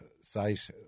site